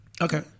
Okay